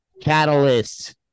Catalyst